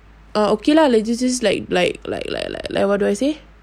err okay lah let's just like like like like like like what do I say